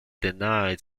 denied